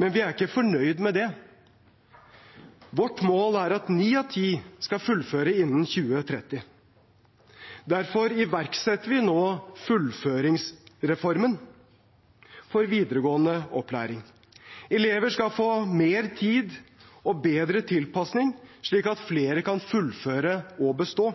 Men vi er ikke fornøyd med det. Vårt mål er at ni av ti skal fullføre innen 2030. Derfor iverksetter vi nå fullføringsreformen for videregående opplæring. Elever skal få mer tid og bedre tilpasning, slik at flere kan fullføre og bestå.